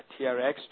TRX